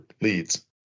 leads